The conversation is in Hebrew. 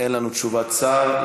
אין לנו תשובת שר,